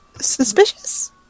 suspicious